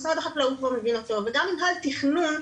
משרד החקלאות כבר מבין אותו וגם מינהל תכנון,